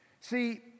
See